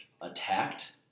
attacked